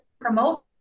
promote